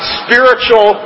spiritual